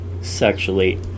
sexually